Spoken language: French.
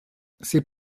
c’est